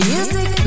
Music